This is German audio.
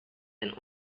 ein